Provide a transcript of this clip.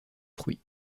fruit